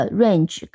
range